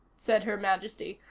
said her majesty,